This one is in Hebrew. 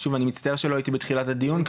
שוב, אני מצטער שלא הייתי בתחילת הדיון.